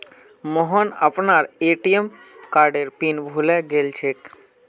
मोहन अपनार ए.टी.एम कार्डेर पिन भूले गेलछेक